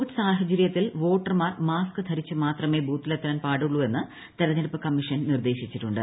Covid സാഹചര്യത്തിൽ വോട്ടർമാർ mask ധരിച്ചുമാത്രമേ ബൂത്തിലെത്താൻ പാടുള്ളൂവെന്ന് തെരഞ്ഞെടുപ്പ് കമ്മീഷൻ നിർദ്ദേശിച്ചിട്ടുണ്ട്